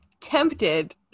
tempted